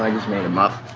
like just made him up.